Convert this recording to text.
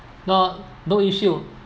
no no issue